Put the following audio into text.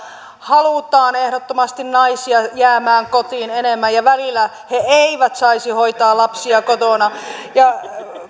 halutaan ehdottomasti naisten jäävän kotiin enemmän ja välillä he eivät saisi hoitaa lapsia kotona